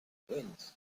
wins